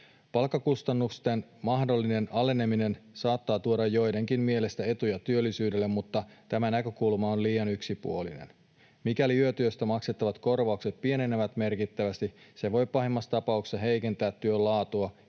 Palkkakustannusten mahdollinen aleneminen saattaa tuoda joidenkin mielestä etuja työllisyydelle, mutta tämä näkökulma on liian yksipuolinen. Mikäli yötyöstä maksettavat korvaukset pienenevät merkittävästi, se voi pahimmassa tapauksessa heikentää työn laatua